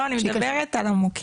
לא, אני מדברת על המוקד.